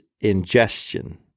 ingestion